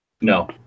no